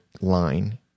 line